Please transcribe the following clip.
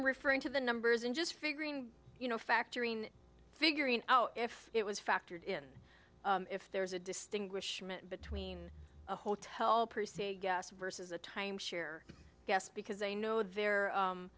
referring to the numbers in just figuring you know factoring in figuring out if it was factored in if there's a distinguishment between a hotel per se gas versus a timeshare guest because they know the